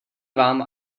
vám